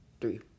Three